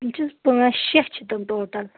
یِم چھِ پٲنٛژھ شےٚ چھِ تِم ٹوٹل